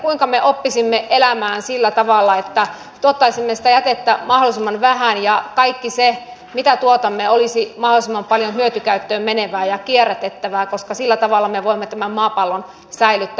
kuinka me oppisimme elämään sillä tavalla että tuottaisimme sitä jätettä mahdollisimman vähän ja kaikki se mitä tuotamme olisi mahdollisimman paljon hyötykäyttöön menevää ja kierrätettävää koska sillä tavalla me voimme tämän maapallon säilyttää